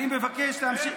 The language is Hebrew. אני מבקש להמשיך.